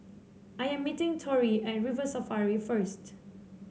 I am meeting Torrie at River Safari first